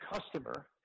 customer